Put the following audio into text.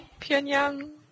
Pyongyang